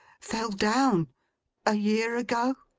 fell down a year ago